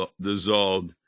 dissolved